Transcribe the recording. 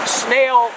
snail